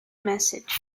message